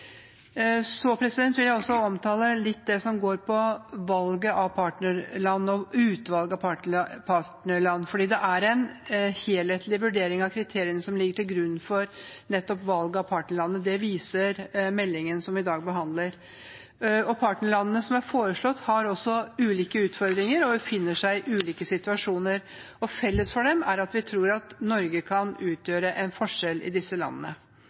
Så vil jeg også omtale det som går på valget av partnerland og utvalg av partnerland. Det er en helhetlig vurdering av kriteriene som ligger til grunn for valg av partnerland. Det viser meldingen som vi i dag behandler. Partnerlandene som er foreslått, har også ulike utfordringer og befinner seg i ulike situasjoner. Felles for dem er at vi tror at Norge kan utgjøre en forskjell i disse landene.